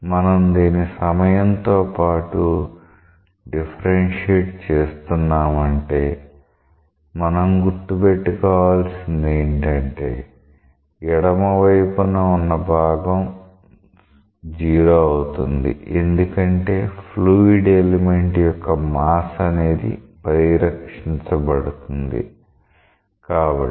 మనం దీన్ని సమయంతో పాటు డిఫరెన్షియేట్ చేస్తున్నామంటే మనం గుర్తు పెట్టుకోవాల్సింది ఏంటంటే ఎడమవైపున ఉన్న భాగం 0 అవుతుంది ఎందుకంటే ఫ్లూయిడ్ ఎలిమెంట్ యొక్క మాస్ అనేది పరిరక్షించబడుతుంది కాబట్టి